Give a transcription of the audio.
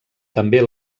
també